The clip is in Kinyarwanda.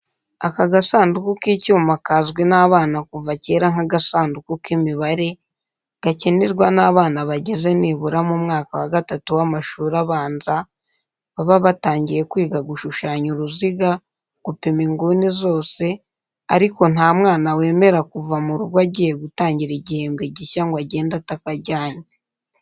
Aka gasanduku k'icyuma kazwi n'abana kuva kera nk'agasanduku k'imibare, gakenerwa n'abana bageze nibura mu mwaka wa gatatu w'amashuri abanza, baba batangiye kwiga gushushanya uruziga, gupima inguni zose, ariko nta mwana wemera kuva mu rugo agiye gutangira igihembwe gishya ngo agende atakajyanye.